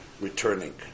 returning